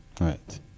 Right